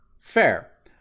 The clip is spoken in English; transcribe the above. Fair